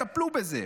יטפלו בזה.